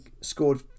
scored